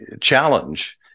challenge